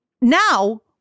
now